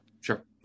Sure